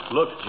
Look